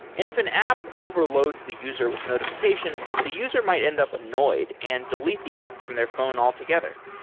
and if an app overloads the user with notifi cations, the user might end up annoyed and delete the app from their phone altogether.